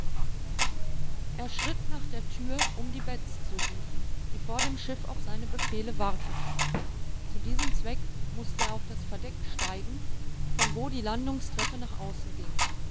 er schritt nach der tür um die beds zu rufen die vor dem schiff auf seine befehle warteten zu diesem zweck mußte er auf das verdeck steigen von wo die landungstreppe nach außen ging